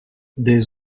des